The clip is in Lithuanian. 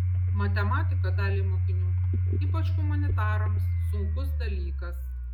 matematika daliai mokinių ypač humanitarams sunkus dalykas